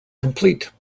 complete